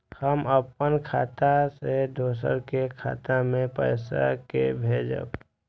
हम अपन खाता से दोसर के खाता मे पैसा के भेजब?